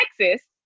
Texas